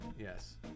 yes